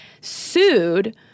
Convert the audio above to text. sued